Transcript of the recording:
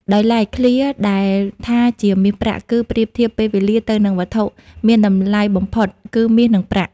ដោយឡែក ឃ្លាដែលថាជាមាសប្រាក់ គឺប្រៀបធៀបពេលវេលាទៅនឹងវត្ថុមានតម្លៃបំផុតគឺមាស និងប្រាក់។